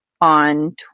on